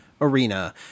arena